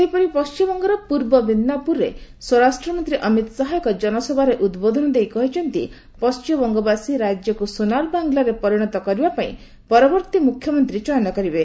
ସେହିପରି ପଶ୍ଚିମବଙ୍ଗର ପୂର୍ବ ମିଦିନାପୁରରେ ସ୍ୱରାଷ୍ଟ୍ର ମନ୍ତ୍ରୀ ଅମିତ୍ ଶାହା ଏକ ଜନସଭାରେ ଉଦ୍ବୋଧନ ଦେଇ କହିଛନ୍ତି ପଣ୍ଟିମବଙ୍ଗବାସୀ ରାଜ୍ୟକୁ 'ସୋନାର ବାଙ୍ଗ୍ଲା'ରେ ପରିଣତ କରିବାପାଇଁ ପରବର୍ତ୍ତୀ ମୁଖ୍ୟମନ୍ତ୍ରୀ ଚୟନ କରିବେ